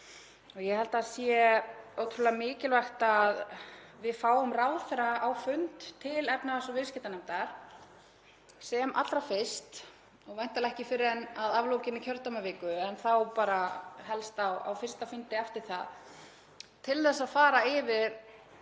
Ég held að það sé ótrúlega mikilvægt að við fáum ráðherra á fund til efnahags- og viðskiptanefndar sem allra fyrst, væntanlega verður það ekki fyrr en að aflokinni kjördæmaviku, en þá bara helst á fyrsta fundi eftir það, til að fara yfir